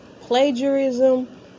plagiarism